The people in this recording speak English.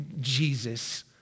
Jesus